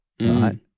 right